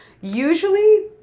usually